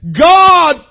God